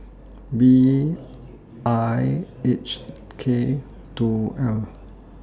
B I H K two L